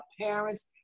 parents